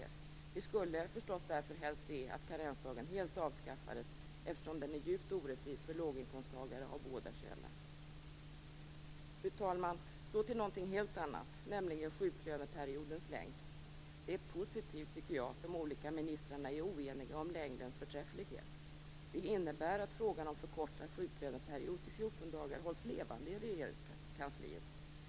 Därför skulle vi förstås helst se att karensdagen helt avskaffades, eftersom den är djupt orättvis för låginkomsttagare av båda könen. Fru talman! Så till någonting helt annat, nämligen sjuklöneperiodens längd. Jag tycker att det är positivt att de olika ministrarna är oeniga om längdens förträfflighet. Det innebär att frågan om förkortad sjuklöneperiod till 14 dagar hålls levande i Regeringskansliet.